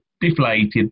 deflated